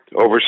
over